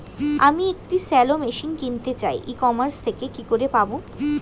আমি একটি shallow machine কিনতে চাই ই কমার্স থেকে কি করে পাবো?